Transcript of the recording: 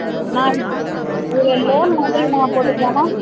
நான் ஒரு லோன் மாதிரி நான் போட்டுக்கலாமா